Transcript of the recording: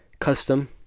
custom